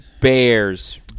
Bears